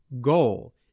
goal